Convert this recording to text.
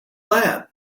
that